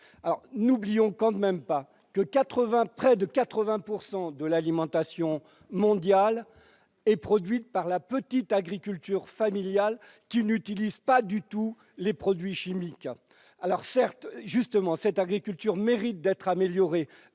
N'oublions quand même pas que près de 80 % de l'alimentation mondiale est produite par la petite agriculture familiale, qui n'utilise pas du tout de produits chimiques. Cette agriculture mérite d'être accompagnée